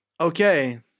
Okay